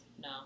No